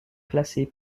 classée